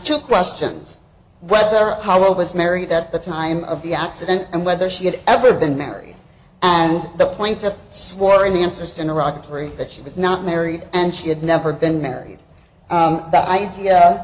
two questions whether how old was married at the time of the accident and whether she had ever been married and the plaintiff swore in the interest in iraq trees that she was not married and she had never been married but idea